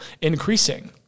increasing